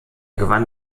gewann